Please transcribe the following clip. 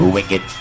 Wicked